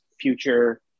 future